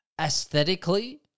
aesthetically